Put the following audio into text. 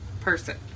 person